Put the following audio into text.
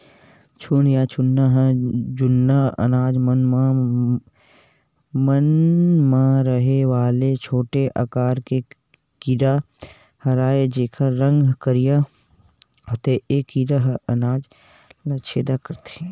घुन या घुना ह जुन्ना अनाज मन म रहें वाले छोटे आकार के कीरा हरयए जेकर रंग करिया होथे ए कीरा ह अनाज ल छेंदा कर देथे